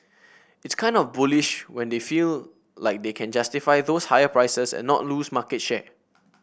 it's kind of bullish that they feel like they can justify those higher prices and not lose market share